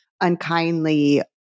unkindly